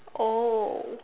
oh